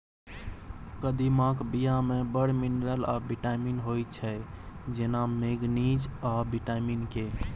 कदीमाक बीया मे बड़ मिनरल आ बिटामिन होइ छै जेना मैगनीज आ बिटामिन के